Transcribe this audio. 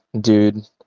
dude